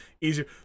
easier